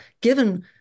given